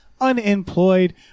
Unemployed